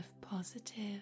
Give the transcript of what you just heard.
positive